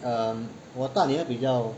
um 我大女儿比较